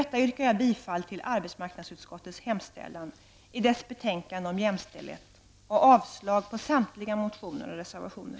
Jag yrkar bifall till arbetsmarknadsutskottets hemställan i dess betänkande om jämställdhet samt avslag på samtliga motioner och reservationer.